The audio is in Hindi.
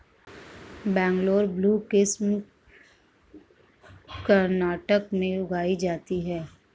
बंगलौर ब्लू किस्म कर्नाटक में उगाई जाती है